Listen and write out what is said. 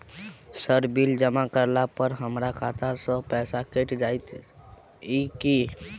Sir bill जमा करला पर हमरा खाता सऽ पैसा कैट जाइत ई की?